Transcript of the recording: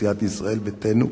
סיעת ישראל ביתנו,